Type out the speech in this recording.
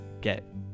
get